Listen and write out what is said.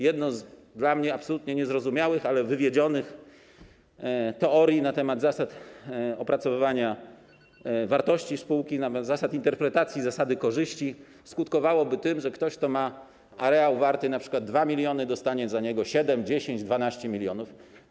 Jedna z teorii - dla mnie absolutnie niezrozumiałych, ale wywiedzionych - na temat zasad opracowywania wartości spółki, nawet zasad interpretacji, zasady korzyści, skutkowałaby tym, że ktoś, kto ma areał wart np. 2 mln, dostanie za niego 7, 10, 12 mln.